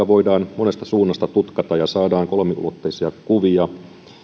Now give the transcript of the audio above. voidaan vaikka monesta suunnasta tutkata ja saadaan kolmiulotteisia kuvia